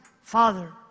father